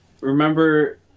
remember